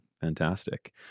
Fantastic